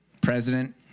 president